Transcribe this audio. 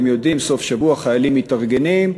אתם יודעים, סוף שבוע, החיילים מתארגנים,